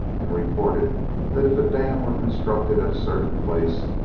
and reported that if a dam were constructed at a certain place,